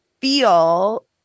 feel